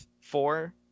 four